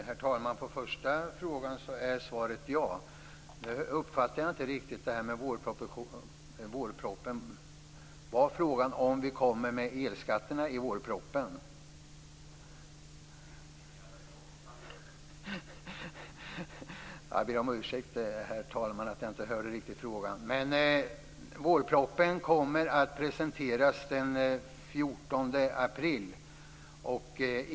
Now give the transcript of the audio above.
Herr talman! Svaret är ja på första frågan. Nu uppfattade jag inte riktigt frågan om vårpropositionen. Var frågan om vi kommer med förslag om elskatterna i vårpropositionen? Jag ber om ursäkt, herr talman, att jag inte riktigt hörde frågan. Vårpropositionen kommer att presenteras den 14 april.